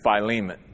Philemon